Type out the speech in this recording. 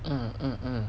mm mm mm